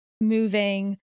moving